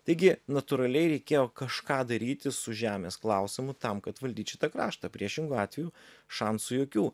taigi natūraliai reikėjo kažką daryti su žemės klausimu tam kad valdyt šitą kraštą priešingu atveju šansų jokių